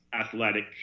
athletic